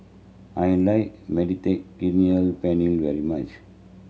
I like Mediterranean Penne very much